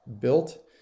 built